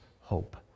hope